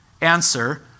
Answer